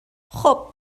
خوب